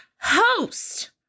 host